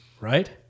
right